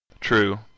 True